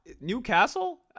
newcastle